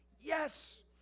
Yes